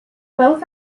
both